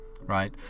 right